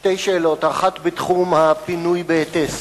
שתי שאלות: האחת, בתחום הפינוי בהיטס